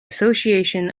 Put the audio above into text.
association